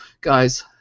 guys